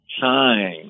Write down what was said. Time